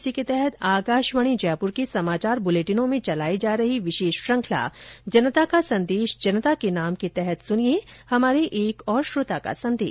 इसी के तहत आकाशवाणी जयपुर के समाचार बुलेटिनों में चलाई जा रही विशेष श्रृखंला जनता का संदेश जनता के नाम के तहत सुनिये हमारे एक श्रोता का संदेश